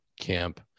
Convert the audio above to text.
camp